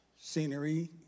scenery